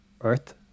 Earth